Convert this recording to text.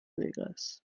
vegas